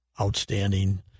outstanding